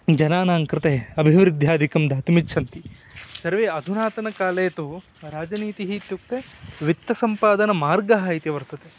जनानां कृते अभिवृद्ध्यादिकं दातुमिच्छन्ति सर्वे अधुनातनकाले तु राजनीतिः इत्युक्ते वित्तसम्पादनमार्गः इति वर्तते